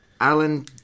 Alan